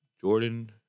jordan